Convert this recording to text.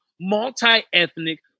multi-ethnic